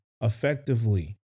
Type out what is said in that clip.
effectively